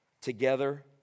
together